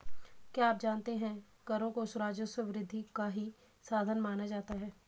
क्या आप जानते है करों को राजस्व वृद्धि का ही साधन माना जाता है?